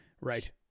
Right